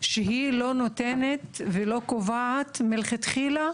שהיא לא נותנת ולא קובעת מלכתחילה